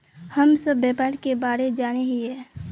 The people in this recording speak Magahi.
हम सब व्यापार के बारे जाने हिये?